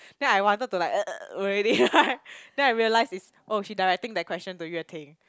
then I wanted to like already right then I realise is oh she directing that question to Yue-Ting